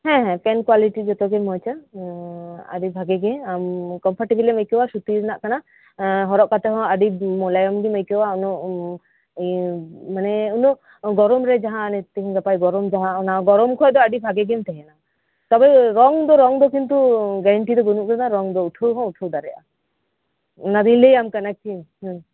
ᱦᱮᱸ ᱦᱮᱸ pen quality ᱡᱚᱛᱚ ᱜᱮ ᱢᱚᱸᱡᱟ ᱚᱻᱻ ᱟᱰᱤ ᱵᱟᱜᱤ ᱜᱮ ᱟᱢ ᱠᱚᱢᱯᱷᱚᱨ ᱴᱮᱵᱚᱞ ᱮᱢ ᱟᱹᱭᱠᱟᱹᱣᱟ ᱥᱩᱛᱤ ᱨᱮᱱᱟᱜ ᱠᱟᱱᱟ ᱦᱚᱨᱚᱜ ᱠᱟᱛᱮᱜ ᱦᱚᱸ ᱟᱰᱤ ᱢᱚᱞᱟᱭᱮᱢ ᱜᱮᱢ ᱟᱹᱭᱠᱟᱹᱣᱟ ᱠᱚᱱᱚ ᱤᱭᱟᱹ ᱢᱟᱱᱮ ᱩᱱᱟᱹᱜ ᱜᱚᱨᱚᱢ ᱨᱮ ᱡᱟᱦᱟᱸ ᱛᱮᱦᱮᱸᱧ ᱜᱟᱯᱟ ᱜᱚᱨᱚᱢ ᱡᱟᱦᱟᱸ ᱚᱱᱟ ᱜᱚᱨᱚᱢ ᱠᱷᱚᱡ ᱫᱚ ᱟᱰᱤ ᱵᱷᱟᱜᱤᱢ ᱛᱟᱦᱮᱸᱱᱟ ᱛᱚᱵᱮ ᱨᱚᱝ ᱫᱚ ᱨᱚᱝ ᱫᱚ ᱠᱤᱱᱛᱩ ᱜᱮᱨᱮᱱᱴᱤ ᱫᱚ ᱵᱟᱱᱩᱜ ᱠᱟᱫᱟ ᱨᱚᱝ ᱫᱚ ᱩᱴᱷᱟᱹᱣ ᱦᱚᱸ ᱩᱴᱷᱟᱹᱣ ᱫᱟᱲᱮᱭᱟᱜᱼᱟ ᱚᱱᱟ ᱫᱚᱧ ᱞᱟᱹᱭᱟᱢ ᱠᱟᱱᱟ ᱪᱮ ᱦᱮᱸ ᱦᱮᱸ